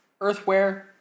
earthware